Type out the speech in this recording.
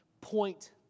point